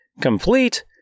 complete